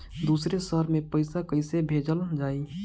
दूसरे शहर में पइसा कईसे भेजल जयी?